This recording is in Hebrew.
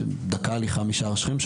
דקה הליכה משער שכם.